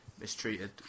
mistreated